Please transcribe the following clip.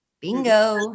Bingo